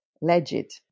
legit